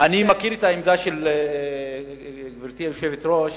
אני מכיר את העמדה של גברתי היושבת-ראש.